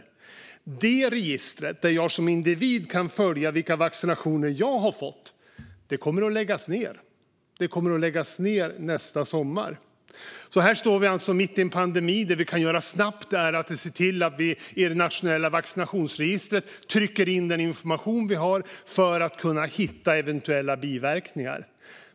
Det registret, där jag som individ kan följa vilka vaccinationer jag har fått, kommer att läggas ned nästa sommar. Här står vi alltså mitt i en pandemi. Det vi kan göra snabbt är att se till att i det nationella vaccinationsregistret trycka in den information vi har för att kunna hitta eventuella biverkningar.